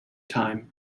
time